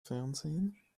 fernsehen